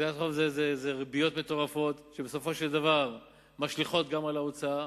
הגדלת חוב זה ריביות מטורפות שבסופו של דבר משליכות גם על ההוצאה,